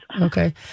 okay